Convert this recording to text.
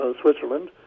Switzerland